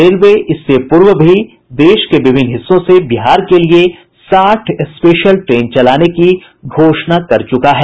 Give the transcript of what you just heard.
railway इससे पूर्व भी देश के विभिन्न हिस्सों से बिहार के लिए साठ स्पेशल ट्रेन चलाने की घोषणा कर चुका है